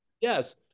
Yes